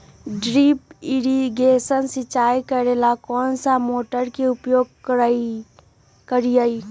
Drip irrigation सिंचाई करेला कौन सा मोटर के उपयोग करियई?